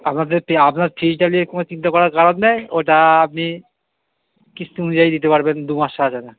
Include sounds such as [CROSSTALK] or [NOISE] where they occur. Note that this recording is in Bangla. আপনাদের [UNINTELLIGIBLE] আপনার ফিজটা নিয়ে কোনো চিন্তা করার কারণ নাই ওটা আপনি কিস্তি অনুযায়ী দিতে পারবেন দুমাস ছাড়া ছাড়া